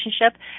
relationship